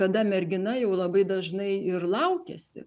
kada mergina jau labai dažnai ir laukiasi